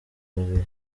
babiri